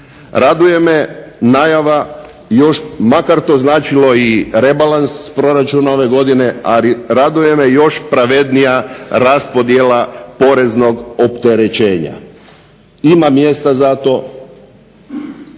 Raduje me najava još makar to značilo i rebalans proračuna ove godine, ali raduje me još pravednija raspodjela poreznog opterećenja. Ima mjesta za to